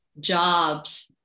jobs